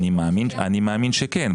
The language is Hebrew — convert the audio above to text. אני מאמין שכן.